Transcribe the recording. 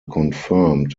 confirmed